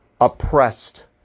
oppressed